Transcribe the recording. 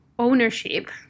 ownership